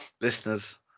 Listeners